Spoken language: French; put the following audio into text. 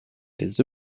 les